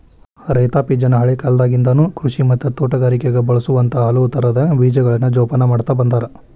ರೈತಾಪಿಜನ ಹಳೇಕಾಲದಾಗಿಂದನು ಕೃಷಿ ಮತ್ತ ತೋಟಗಾರಿಕೆಗ ಬಳಸುವಂತ ಹಲವುತರದ ಬೇಜಗಳನ್ನ ಜೊಪಾನ ಮಾಡ್ತಾ ಬಂದಾರ